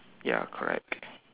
ya correct